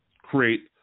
create